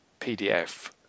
PDF